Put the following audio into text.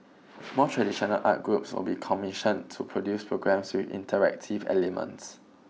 more traditional arts groups will be commissioned to produce programmes with interactive elements